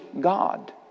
God